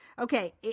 Okay